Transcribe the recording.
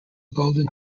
golden